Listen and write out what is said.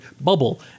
bubble